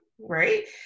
right